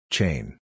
Chain